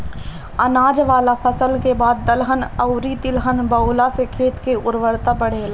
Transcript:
अनाज वाला फसल के बाद दलहन अउरी तिलहन बोअला से खेत के उर्वरता बढ़ेला